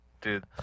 Dude